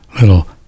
little